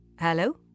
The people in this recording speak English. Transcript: Hello